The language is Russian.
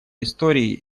истории